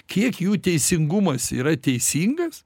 kiek jų teisingumas yra teisingas